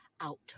out